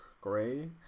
gray